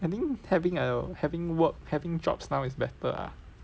I think having a having work having jobs now is better ah